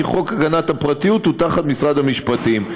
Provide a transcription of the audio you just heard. כי חוק הגנת הפרטיות הוא תחת משרד המשפטים,